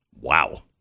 Wow